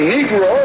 Negro